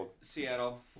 Seattle